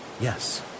yes